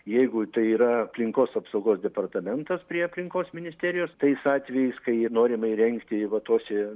jeigu tai yra aplinkos apsaugos departamentas prie aplinkos ministerijos tais atvejais kai norima įrengti va tose